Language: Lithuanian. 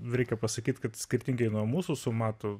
reikia pasakyt kad skirtingai nuo mūsų matu